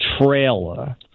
trailer